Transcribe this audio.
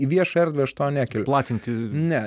į viešą erdvę aš to nekeliu platinti ne